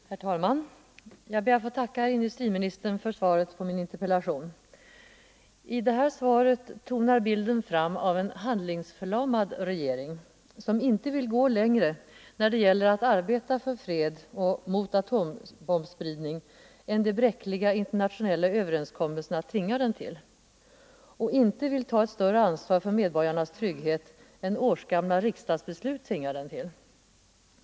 Herr talman! Jag ber att få tacka herr industriministern för svaret på min interpellation. I detta svar tonar bilden fram av en handlingsförlamad regering, som inte vill gå längre när det gäller att arbeta för fred och mot atombombsspridning än de bräckliga internationella överenskommelserna tvingar dem till och inte vill ta ett större ansvar för medborgarnas trygghet än årsgamla riksdagsbeslut tvingar dem till.